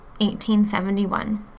1871